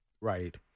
Right